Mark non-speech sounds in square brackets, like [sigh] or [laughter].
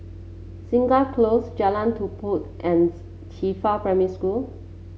Segar Close Jalan Tupai [unintelligible] Qifa Primary School